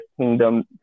kingdom